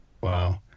Wow